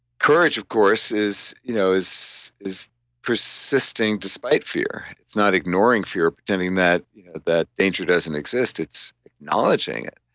courage of course is you know is is persisting despite fear, it's not ignoring fear pretending that that danger doesn't exist, it's acknowledging it.